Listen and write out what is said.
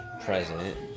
president